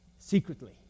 secretly